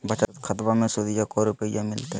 बचत खाताबा मे सुदीया को रूपया मिलते?